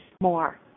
more